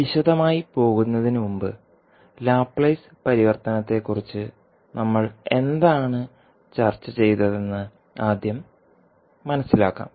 വിശദമായി പോകുന്നതിനുമുമ്പ് ലാപ്ലേസ് പരിവർത്തനത്തെക്കുറിച്ച് നമ്മൾ എന്താണ് ചർച്ച ചെയ്തതെന്ന് ആദ്യം മനസിലാക്കാം